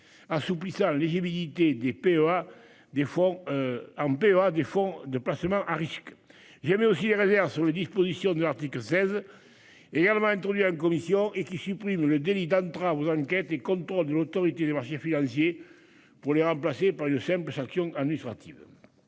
des fonds en paiera des fonds de placement à risques. J'aimais aussi réserves sur les dispositions de l'article 16. Et elle va introduire une commission et qui supprime le délit d'entrave aux enquêtes et contrôle de l'Autorité des marchés financiers pour les remplacer par une simple sanction administrative.